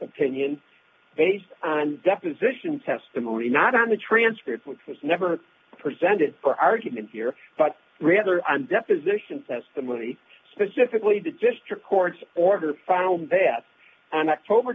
opinion based on deposition testimony not on the transcript which was never presented for argument here but rather on deposition testimony specifically the district court's order found that on october